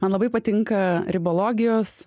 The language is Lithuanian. man labai patinka ribologijos